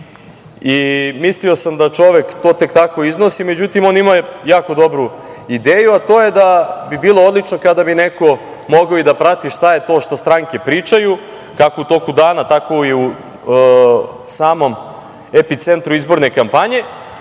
stanke. Mislio sam da čovek to tek tako iznosi. Međutim, on je imao jako dobru ideju, a to je da bi bilo odlično kada bi neko mogao i da prati šta je to što stranke pričaju, kako u toku dana, tako i u samom epicentru izborne kampanje,